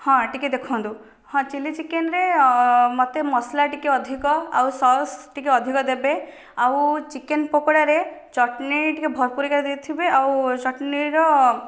ହଁ ଟିକେ ଦେଖନ୍ତୁ ହଁ ଚିଲି ଚିକେନ୍ ରେ ମୋତେ ମସଲା ଟିକେ ଅଧିକ ଆଉ ସସ୍ ଟିକେ ଅଧିକ ଦେବେ ଆଉ ଚିକେନ୍ ପକୋଡ଼ାରେ ଚଟନି ଟିକେ ଭରପୁର କରିଥିବେ ଆଉ ଚଟନିର